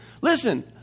listen